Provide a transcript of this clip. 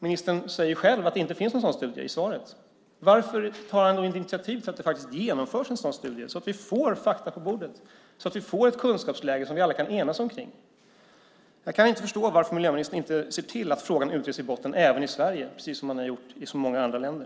Ministern säger själv att det inte finns någon sådan studie i svaret. Varför tar han då inte initiativ till att det genomförs en sådan studie så att vi får fakta på bordet och så att vi får ett kunskapsläge som vi alla kan enas omkring? Jag kan inte förstå varför miljöministern inte ser till att frågan utreds i botten även i Sverige, precis som man har gjort i så många andra länder.